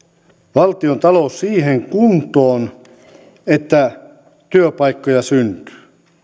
valtiontalous siihen kuntoon että työpaikkoja syntyy